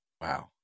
Wow